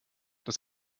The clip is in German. das